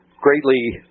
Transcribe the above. greatly